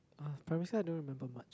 uh primary school I don't remember much